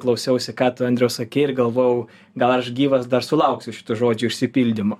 klausiausi ką tu andriau sakei ir galvojau gal aš gyvas dar sulauksiu šitų žodžių išsipildymo